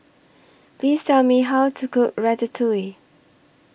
Please Tell Me How to Cook Ratatouille